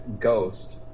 ghost